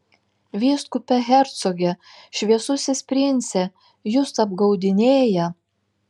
vyskupe hercoge šviesusis prince jus apgaudinėja